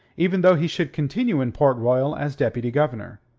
even though he should continue in port royal as deputy-governor.